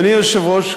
אדוני היושב-ראש,